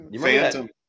Phantom